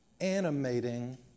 animating